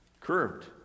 Curved